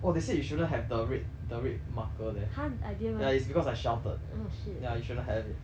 oh they said you shouldn't have the red the red marker there ya it's because I shouted ya you shouldn't have it